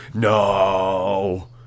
No